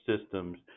systems